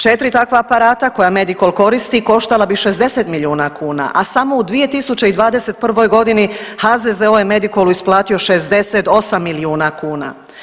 4 takva aparata koja Medikol koristi koštala bi 60 milijuna kuna, a samo u 2021. godini HZZO je Medikolu isplatio 68 milijuna kuna.